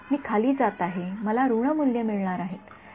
मी खाली जात आहे मला ऋण मूल्ये मिळणार आहेत